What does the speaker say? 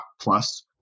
plus